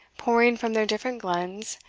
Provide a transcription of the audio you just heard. pouring from their different glens,